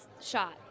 shot